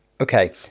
Okay